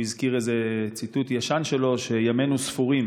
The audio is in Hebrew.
הוא הזכיר איזה ציטוט ישן שלו שימינו ספורים.